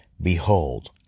Behold